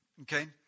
Okay